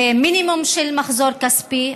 במינימום של מחזור כספי.